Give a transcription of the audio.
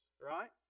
right